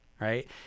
Right